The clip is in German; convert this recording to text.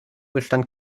bestand